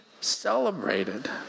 celebrated